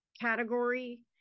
category